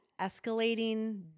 escalating